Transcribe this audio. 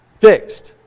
fixed